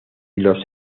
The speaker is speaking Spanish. los